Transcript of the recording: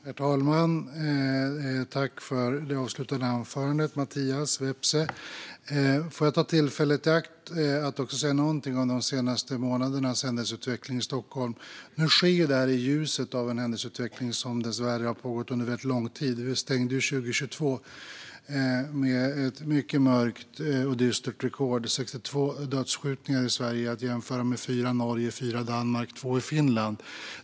Herr talman! Jag tackar Mattias Vepsä för hans avslutande anförande. Låt mig ta tillfället i akt att också säga något om de senaste månadernas händelseutveckling i Stockholm. Det här sker i ljuset av en händelseutveckling som dessvärre har pågått under väldigt lång tid. Vi stängde 2022 med ett mycket mörkt och dystert rekord med 62 dödsskjutningar i Sverige att jämföra med 4 i Norge, 4 i Danmark och 2 i Finland.